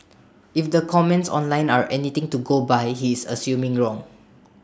if the comments online are anything to go by he is assuming wrong